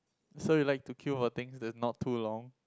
so you like to queue for things that not too long